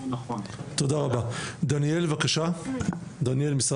דניאל ממשרד